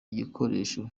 igikoresho